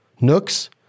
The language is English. Nooks